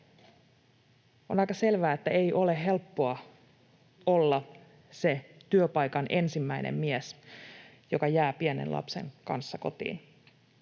On aika selvää, että ei ole helppoa olla se työpaikan ensimmäinen mies, joka jää pienen lapsen kanssa kotiin.